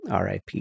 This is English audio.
RIP